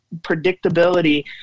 predictability